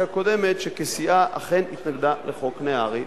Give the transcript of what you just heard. הקודמת שכסיעה אכן התנגדה לחוק נהרי,